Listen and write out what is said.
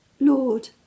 Lord